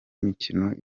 mikino